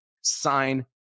sign